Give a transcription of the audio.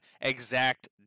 exact